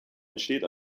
entsteht